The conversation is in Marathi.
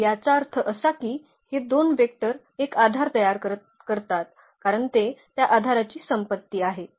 तर याचा अर्थ असा की हे दोन वेक्टर एक आधार तयार करतात कारण ते त्या आधाराची संपत्ती आहे